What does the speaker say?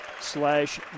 slash